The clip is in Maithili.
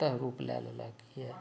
तः रूप लऽ लेलक यए